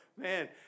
man